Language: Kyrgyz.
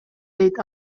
дейт